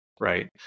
right